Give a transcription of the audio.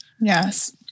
Yes